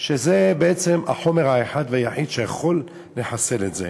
שזה החומר האחד והיחיד שיכול לחסל את זה.